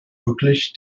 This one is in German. wirklich